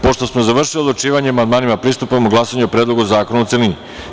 Pošto smo završili odlučivanje o amandmanima, pristupamo glasanju o Predlogu zakona u celini.